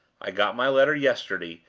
i got my letter yesterday,